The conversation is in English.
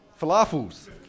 Falafels